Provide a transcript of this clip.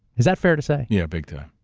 is that fair to say? yeah, big time.